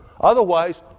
Otherwise